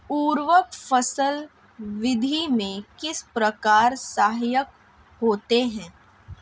उर्वरक फसल वृद्धि में किस प्रकार सहायक होते हैं?